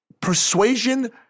persuasion